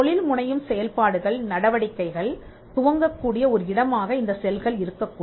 தொழில் முனையும் செயல்பாடுகள் நடவடிக்கைகள் துவங்கக் கூடிய ஒரு இடமாக இந்த செல்கள் இருக்கக்கூடும்